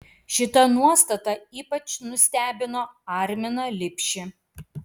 šita nuostata ypač nustebino arminą lipšį